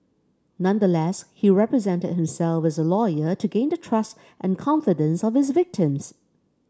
nonetheless he represented himself as a lawyer to gain the trust and confidence of his victims